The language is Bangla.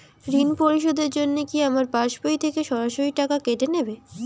ঋণ পরিশোধের জন্য কি আমার পাশবই থেকে সরাসরি টাকা কেটে নেবে?